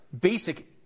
basic